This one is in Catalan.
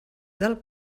del